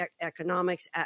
economics